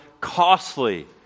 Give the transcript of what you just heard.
costly